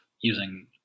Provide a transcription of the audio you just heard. using